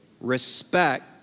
Respect